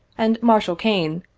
and marshal kane,